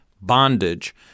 bondage